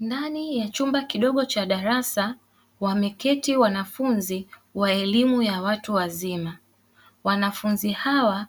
Ndani ya chumba kidogo cha darasa wameketi wanafunzi wa elimu ya watu wazima, wanafunzi hawa